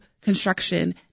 construction